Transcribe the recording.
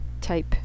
type